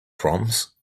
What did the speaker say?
proms